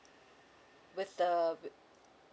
with the